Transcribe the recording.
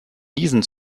diesen